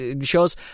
shows